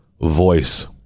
voice